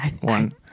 one